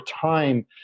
time